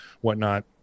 whatnot